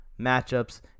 matchups